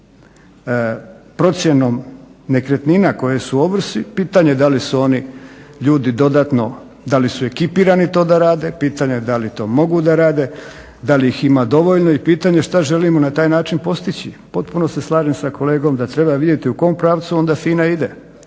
procjenom nekretnina koje su u ovrsi. Pitanje je da li su oni ljudi dodatno da li su ekipirani to da rade, pitanje je da li to mogu da rade, da li ih ima dovoljno i pitanje je što želimo na taj postići. Potpuno se slažem sa kolegom da treba vidjeti u kom pravcu onda FINA ide,